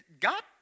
God